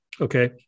Okay